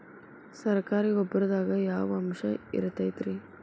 ಸರಕಾರಿ ಗೊಬ್ಬರದಾಗ ಯಾವ ಅಂಶ ಇರತೈತ್ರಿ?